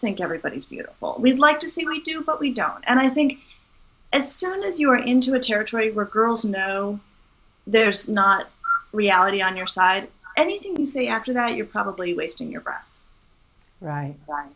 think everybody's beautiful we'd like to see we do but we don't and i think as soon as you are into a territory rick girls know there's not reality on your side anything you say after that you're probably wasting your breath right